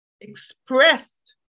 expressed